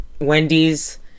Wendy's